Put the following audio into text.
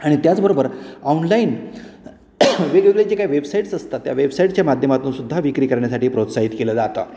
आणि त्याचबरोबर ऑनलाईन वेगवेगळे जे काही वेबसाईट्स असतात त्या वेबसाईटच्या माध्यमातूनसुद्धा विक्री करण्यासाठी प्रोत्साहित केलं जातं